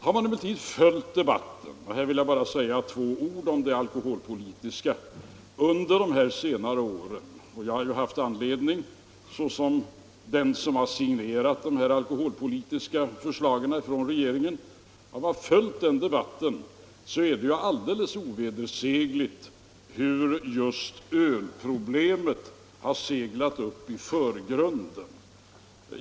Såsom den som signerat de alkoholpolitiska förslagen — och här vill jag bara säga några få ord om den alkoholpolitiska frågan — har jag ju haft anledning att följa debatten, och det är ovedersägligt att just ölproblemet under senare år har seglat upp i förgrunden.